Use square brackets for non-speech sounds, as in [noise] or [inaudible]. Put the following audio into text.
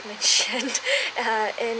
which [laughs] and uh and